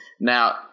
Now